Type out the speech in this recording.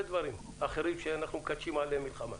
דברים אחרים שאנחנו מקדשים עליהם מלחמה.